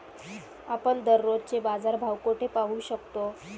आपण दररोजचे बाजारभाव कोठे पाहू शकतो?